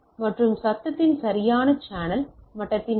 மற்றும் சத்தத்தின் சரியான சேனல் மட்டத்தின் டேட்டா